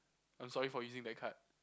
I'm sorry for using that card